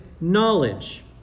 knowledge